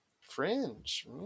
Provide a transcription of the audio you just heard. fringe